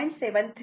732 असा येतो